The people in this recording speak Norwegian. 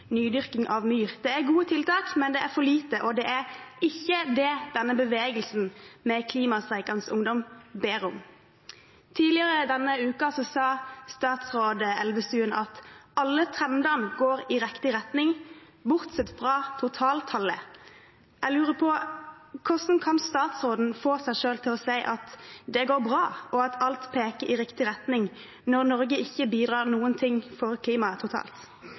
nydyrking av myr. Det er gode tiltak, men det er for lite, og det er ikke det denne bevegelsen med klimastreikende ungdom ber om. Tidligere denne uka sa statsråd Elvestuen at alle trendene går i riktig retning, bortsett fra totaltallet. Jeg lurer på: Hvordan kan statsråden få seg til å si at det går bra, og at alt peker i riktig retning, når Norge ikke bidrar noen ting for klimaet totalt?